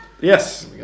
Yes